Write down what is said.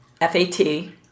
F-A-T